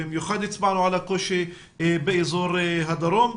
במיוחד הצבענו על הקושי באזור הדרום.